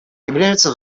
являются